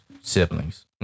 siblings